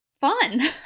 fun